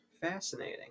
Fascinating